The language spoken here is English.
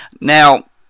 Now